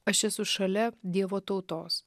aš esu šalia dievo tautos